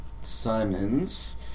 Simon's